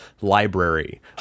library